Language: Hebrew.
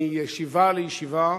מישיבה לישיבה,